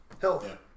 Health